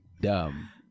dumb